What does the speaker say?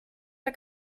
der